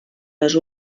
les